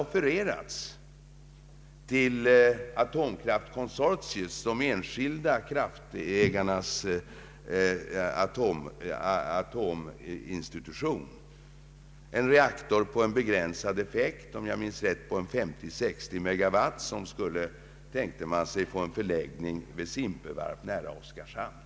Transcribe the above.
avveckling av Marvikenprojektet ägarnas atominstitution, hade offererats en reaktor av annan typ än den i Marviken med begränsad effekt — om jag minns rätt 50—60 megawatt — som skulle förläggas till Simpevarp nära Oskarshamn.